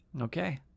Okay